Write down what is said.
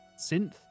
synth